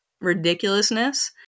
ridiculousness